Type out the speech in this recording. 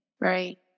Right